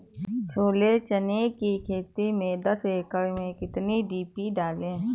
छोले चने की खेती में दस एकड़ में कितनी डी.पी डालें?